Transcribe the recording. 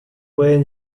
pueden